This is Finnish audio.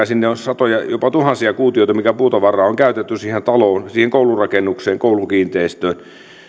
sinne on satoja jopa tuhansia kuutioita käytetty puutavaraa siihen taloon koulurakennukseen koulukiinteistöön